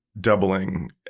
doubling